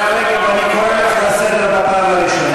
להגיד לכולם שגם הרופאים,